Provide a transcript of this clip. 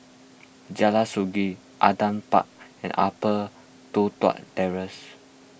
Jalan Sungei Adam Park and Upper Toh Tuck Terrace